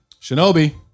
Shinobi